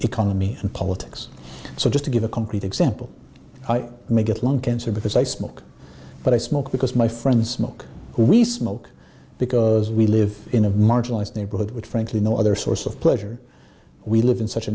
economy and politics so just to give a concrete example i may get lung cancer because i smoke but i smoke because my friends mark who we smoke because we live in a marginalized neighborhood which frankly no other source of pleasure we live in such a